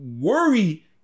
worry